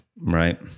Right